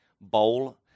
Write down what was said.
bowl